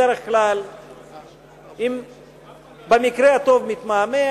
בדרך כלל במקרה הטוב מתמהמה,